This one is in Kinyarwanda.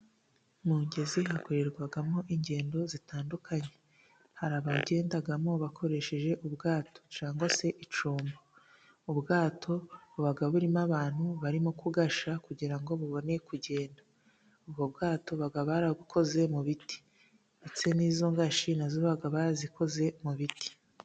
Mu ngezi hakorerwamo ingendo zitandukanye. Hari abagendamo bakoresheje ubwato cyangwa se icyombo. Ubwato buba burimo abantu barimo kugashya, kugira ngo bubone kugenda. Ubwo bwato baba barabukoze mu biti ndetse n'izo ngashya na zo baba barazikoze mu biti.